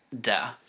duh